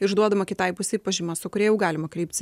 išduodama kitai pusei pažyma su kuria jau galima kreiptis